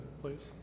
please